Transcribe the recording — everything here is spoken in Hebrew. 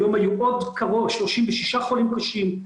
היום היו עוד 36 חולים קשים,